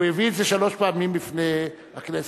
הוא הביא את זה שלוש פעמים בפני הכנסת.